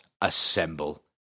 assemble